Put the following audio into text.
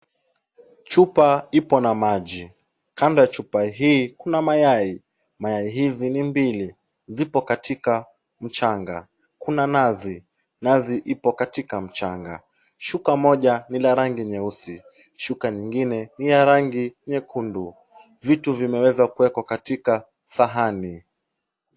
Chupa ipo na maji. Kando ya chupa hii kuna mayai. Mayai hizi ni mbili. Zipo katika mchanga. Kuna nazi. Nazi ipo katika mchanga. Shuka moja ni la rangi nyeusi. Shuka nyingine ni ya rangi nyekundu.